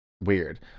weird